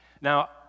Now